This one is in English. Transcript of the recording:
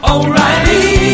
O'Reilly